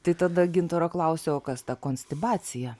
tai tada gintaro klausiu o kas ta konstibacija